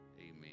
amen